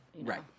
right